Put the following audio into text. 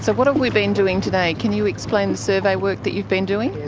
so what have we been doing today, can you explain the survey work that you've been doing?